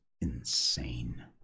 insane